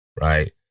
right